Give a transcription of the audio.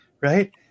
right